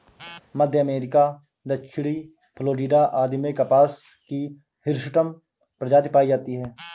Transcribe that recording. मध्य America, दक्षिणी Florida आदि में कपास की हिर्सुटम प्रजाति पाई जाती है